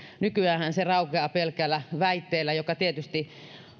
nykyäänhän se raukeaa pelkällä väitteellä joka tietysti